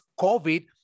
COVID